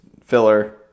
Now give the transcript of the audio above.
filler